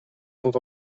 sont